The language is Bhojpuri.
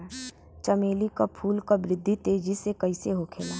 चमेली क फूल क वृद्धि तेजी से कईसे होखेला?